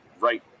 right